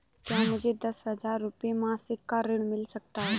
क्या मुझे दस हजार रुपये मासिक का ऋण मिल सकता है?